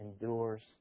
endures